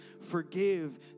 forgive